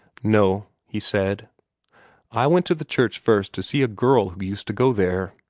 no, he said i went to the church first to see a girl who used to go there.